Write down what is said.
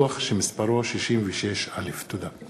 שמספרו 66א. תודה.